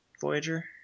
Voyager